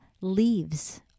leaves